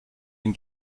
den